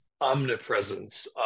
omnipresence